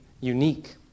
unique